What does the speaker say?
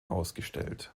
ausgestellt